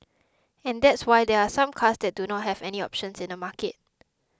and that's why there are some cars that do not have any options in the market